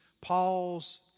Paul's